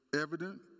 evident